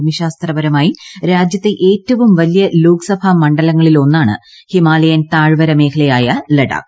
ഭൂമിശാസ്ത്രപരമായി രാജ്യത്തെ ഏറ്റവും വലിയ ലോക്സഭാ മണ്ഡലങ്ങളിലൊന്നാണ് ഹിമാലയൻ താഴ്വര മേഖലയായ ലഡാക്ക്